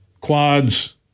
quads